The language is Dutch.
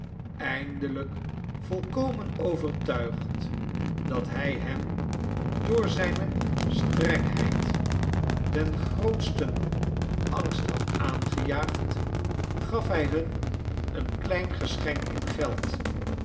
eindelijk volkomen overtuigd dat hij hen door zijne strengheid den grootsten angst had aangejaagd gaf hij hun een klein geschenk in geld